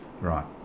Right